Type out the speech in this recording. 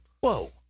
Whoa